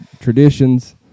traditions